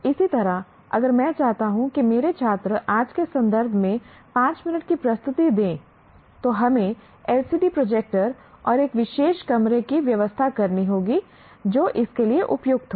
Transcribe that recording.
इसी तरह अगर मैं चाहता हूं कि मेरे छात्र आज के संदर्भ में पांच मिनट की प्रस्तुति दें तो हमें LCD प्रोजेक्टर और एक विशेष कमरे की व्यवस्था करनी होगी जो इसके लिए उपयुक्त हो